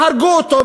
יהרגו אותו,